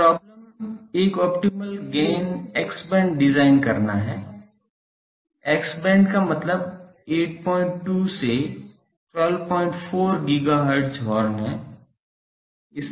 तो प्रॉब्लम एक optimum gain X band design करना है एक्स बैंड का मतलब 82 से 124 GHz हॉर्न है